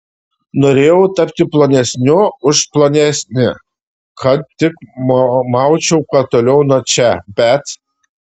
norėjau tapti plonesniu už plonesnį kad tik maučiau kuo toliau nuo čia bet